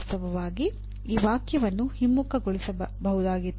ವಾಸ್ತವವಾಗಿ ಈ ವಾಕ್ಯವನ್ನು ಹಿಮ್ಮುಖಗೊಳಿಸಬಹುದಾಗಿತ್ತು